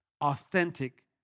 authentic